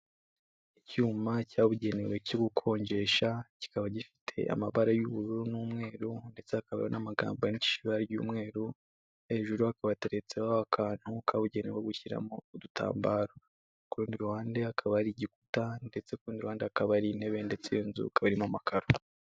Icyuma cyabugenewe cyo gukonjesha, kikaba gifite amabara y'ubururu n'umweru ndetse hakaba hariho n'amagambo menshi y'umweru, hejuru hakaba hateretseho akantu kabugenewe ko gushyiramo udutambaro, ku rundi ruhande hakaba hari igikuta ndetse urundi ruhande hakaba hari intebe, ndetse iyo nzu ikaba irimo amakaro.